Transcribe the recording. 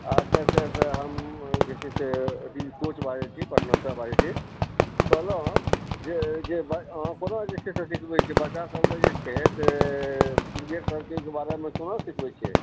अच्छा अच्छा अच्छा हम जे छै से कोच बाजै छी पटनासँ बाजै छी कहलहुँ जे अहाँ जे छै से कोना जे छै से सिखबै छी बच्चा सभके जे छै से क्रिकेट सभके बारेमे कोना सिखबै छी